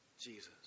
Jesus